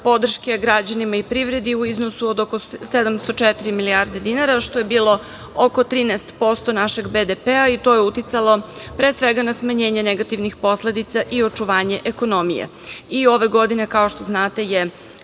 podrške građanima i privredi u iznosu od oko 704 milijarde dinara, što je bilo oko 13% našeg BDP-a i to je uticalo, pre svega, na smanjenje negativnih posledica i očuvanje ekonomije.I ove godine je, kao što znate,